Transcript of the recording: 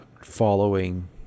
following